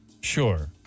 Sure